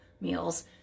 meals